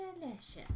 delicious